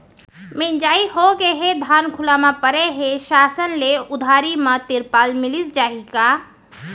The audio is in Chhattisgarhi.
मिंजाई होगे हे, धान खुला म परे हे, शासन ले उधारी म तिरपाल मिलिस जाही का?